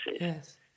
Yes